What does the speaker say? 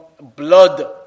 blood